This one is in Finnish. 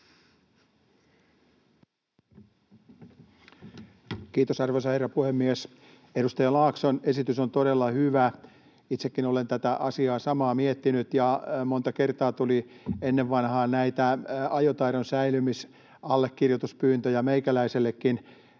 Kiitos, arvoisa herra puhemies! Edustaja Laakson esitys on todella hyvä. Itsekin olen tätä samaa asiaa miettinyt, ja monta kertaa tuli ennen vanhaan näitä ajotaidon säilymisen allekirjoituspyyntöjä meikäläisellekin.